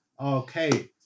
Okay